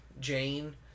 Jane